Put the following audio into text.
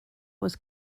was